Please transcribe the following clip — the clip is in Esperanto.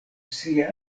sia